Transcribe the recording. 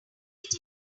make